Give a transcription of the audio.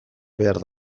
behar